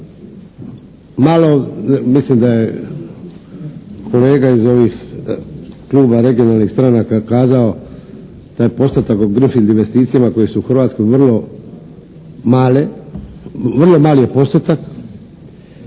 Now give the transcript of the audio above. malo, mislim da je kolega iz ovih kluba regionalnih stranaka kazao da je postotak oko "greenfield" investicijama koje su u Hrvatskoj vrlo male, vrlo mali je postotak,